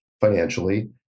financially